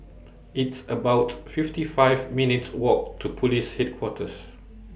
It's about fifty five minutes' Walk to Police Headquarters